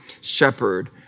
shepherd